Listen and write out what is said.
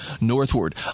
northward